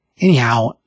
Anyhow